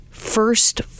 first